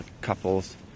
Couples